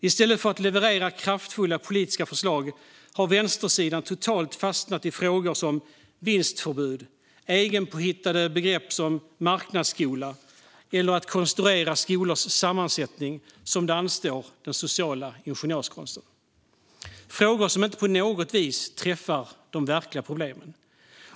I stället för att leverera kraftfulla politiska förslag har vänstersidan totalt fastnat i frågor som vinstförbud, egenpåhittade begrepp som "marknadsskola" eller att konstruera skolors sammansättning som det anstår den sociala ingenjörskonsten - frågor som inte på något vis träffar de verkliga problemen.